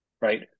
right